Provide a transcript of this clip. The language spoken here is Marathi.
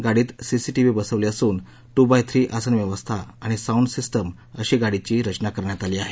गाडीत सीसीटीव्ही बसवले असून टू बाय श्री आसन व्यवस्था आणि साऊंड सिस्टिम अशी गाडीची रचना करण्यात आली आहे